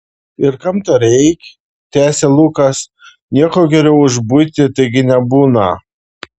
ir kam to reik tęsė lukas nieko geriau už buitį taigi nebūna